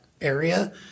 area